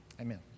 Amen